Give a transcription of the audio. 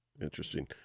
Interesting